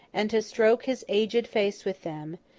and to stroke his aged face with them,